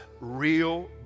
real